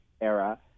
era